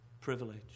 privilege